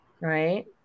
Right